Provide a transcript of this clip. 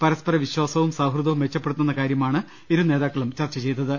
പരസ്പര വിശ്വാസവും സൌഹൃ ദവും മെച്ചപ്പെടുത്തുന്ന കാര്യമാണ് ഇരുനേതാക്കളും ചർച്ച ചെയ്തത്